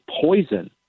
poison